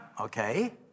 okay